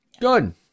Good